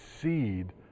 seed